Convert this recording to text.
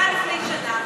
זה היה לפני שנה.